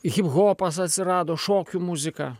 hiphopas atsirado šokių muzika